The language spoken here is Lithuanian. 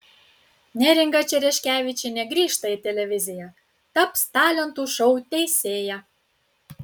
neringa čereškevičienė grįžta į televiziją taps talentų šou teisėja